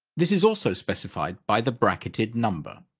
this is also specified by the bracketed number.